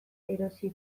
erosi